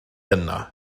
yna